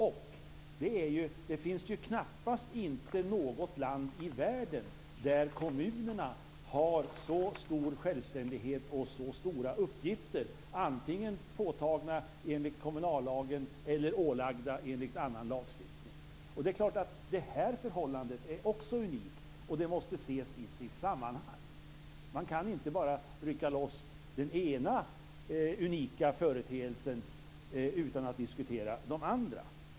Och det finns knappast något land i världen där kommunerna är så självständiga och har så stora uppgifter - antingen påtagna enligt kommunallagen eller ålagda enligt annan lagstiftning - som här. Det är klart att det förhållandet också är unikt. Det här måste ses i sitt sammanhang. Man kan inte rycka loss en unik företeelse utan att diskutera de andra.